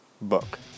book